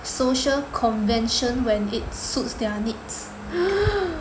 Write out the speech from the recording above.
social convention when it suits their needs